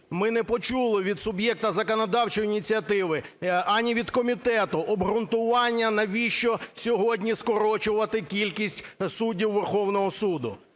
ми не почули від суб'єкта законодавчої ініціативи ані від комітету обґрунтування, навіщо сьогодні скорочувати кількість суддів Верховного Суду.